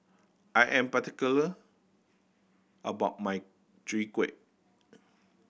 I am particular about my Chwee Kueh